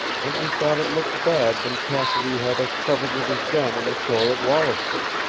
and we thought it looked bad when cassidy had us covered with his gun on the shore at wollaston.